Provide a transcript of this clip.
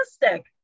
fantastic